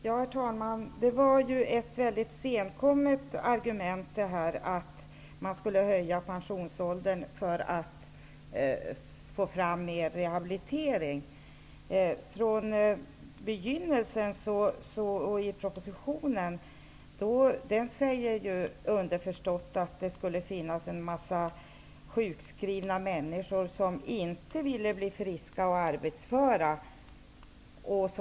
Herr talman! Det var ett mycket senkommet argument att man skall höja pensionsåldern för att få fram mer rehabilitering. I propositionen är det underförstått att det skulle finnas en mängd sjukskrivna människor som inte vill bli friska och arbetsföra.